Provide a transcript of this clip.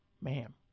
ma'am